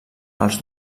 els